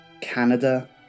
Canada